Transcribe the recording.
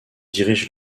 dirige